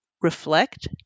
reflect